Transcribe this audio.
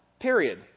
Period